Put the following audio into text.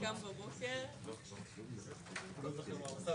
בעד קבלת ההסתייגות?